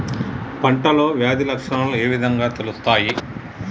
పంటలో వ్యాధి లక్షణాలు ఏ విధంగా తెలుస్తయి?